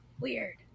Weird